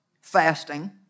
fasting